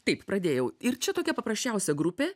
taip pradėjau ir čia tokia paprasčiausia grupė